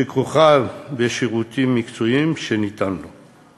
התיווך ומה העלות שכרוכה בשירות המקצועי שיינתן לו.